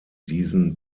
diesen